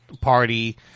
party